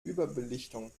überbelichtung